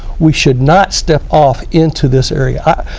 we should not step off into this area.